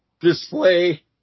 display